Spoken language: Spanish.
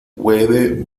puede